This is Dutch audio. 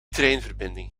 treinverbinding